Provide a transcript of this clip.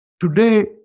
today